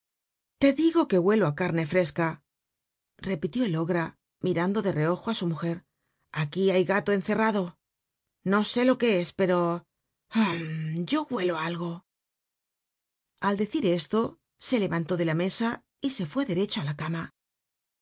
te digo que huelo carne fresca r pilió el ogra mirando de reojo á su mujer aquí hay galo cnct'rratlo no sú lo que e pero hum o hudu algo al decir c to se lcl an ú de la mé a y se fué derecho á la ctuna